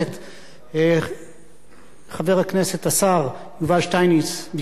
חבר הכנסת השר יובל שטייניץ ביקש להשתלב בדיון,